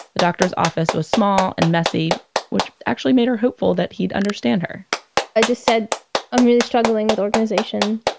the doctor's office was small and messy which actually made her hopeful that he'd understand her i just said i'm really struggling with organization.